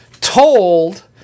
told